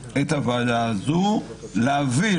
החוקה.